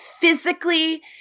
physically